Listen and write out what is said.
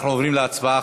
אנחנו עוברים להצבעה.